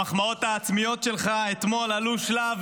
המחמאות העצמיות שלך אתמול עלו שלב,